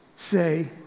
say